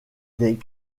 des